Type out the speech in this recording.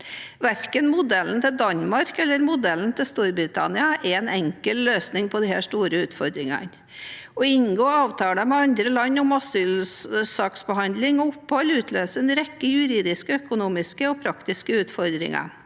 Verken modellen til Danmark eller modellen til Storbritannia er en enkel løsning på disse store utfordringene. Å inngå avtaler med andre land om asylsaksbehandling og opphold utløser en rekke juridiske, økonomiske og praktiske utfordringer.